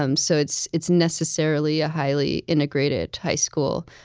um so it's it's necessarily a highly integrated high school.